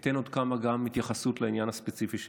אני אתן עוד התייחסות לעניין הספציפי שהעלית.